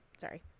Sorry